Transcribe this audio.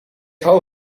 hou